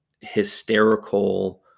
hysterical